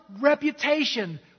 reputation